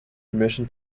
permission